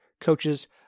Coaches